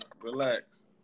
relax